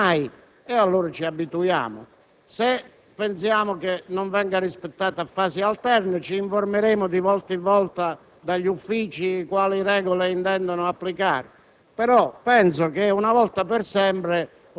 nel senso che se sappiamo che non viene rispettata mai, ci abituiamo; se invece non viene rispettata a fasi alterne, ci informeremo di volta in volta, presso gli Uffici, su quali regole si intende applicare.